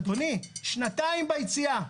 אדוני, שנתיים ביציאה.